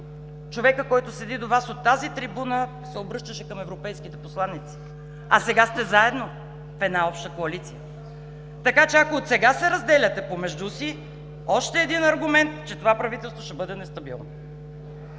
човекът, който седи до Вас, от тази трибуна се обръщаше към европейските посланици. А сега сте заедно в една обща коалиция! Така че ако сега се разделяте помежду си, още един аргумент, че това правителство ще бъде нестабилно.